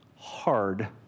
Hard